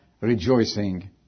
rejoicing